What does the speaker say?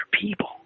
people